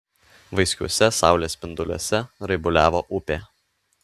vaiskiuose saulės spinduliuose raibuliavo upė